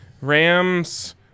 Rams